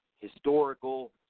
Historical